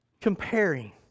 comparing